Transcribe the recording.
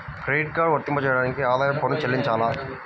Credit card వర్తింపజేయడానికి ఆదాయపు పన్ను చెల్లించాలా?